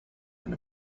and